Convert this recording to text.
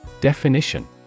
Definition